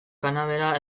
kanabera